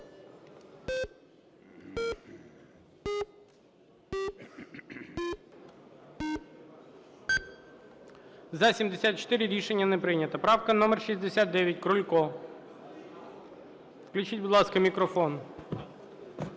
За-74 Рішення не прийнято. Правка номер 69, Крулько. Включіть, будь ласка, мікрофон.